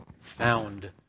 found